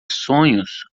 sonhos